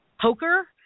poker